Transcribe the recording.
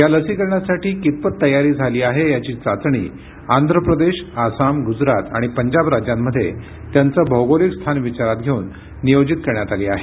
या लसीकरणासाठी कितपत तयारी झाली आहे याची चाचणी आंध्र प्रदेश आसाम गुजरात आणि पंजाब राज्यांमध्ये त्यांचं भौगोलिक स्थान विचारात घेऊन नियोजित करण्यात आली आहे